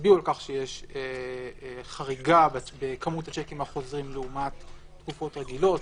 על כך שיש חריגה בכמות השיקים החוזרים לעומת תקופות רגילות,